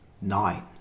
Nine